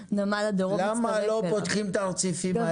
--- למה לא פותחים את הרציפים האלה?